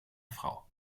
frau